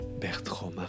Bertrand